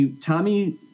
Tommy